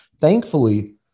Thankfully